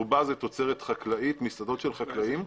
רובה תוצרת חקלאית משדות של חקלאים.